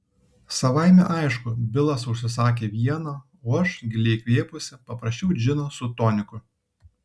savaime aišku bilas užsisakė vieną o aš giliai įkvėpusi paprašiau džino su toniku